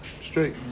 straight